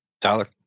Tyler